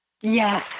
Yes